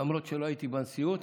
למרות שלא הייתי בנשיאות.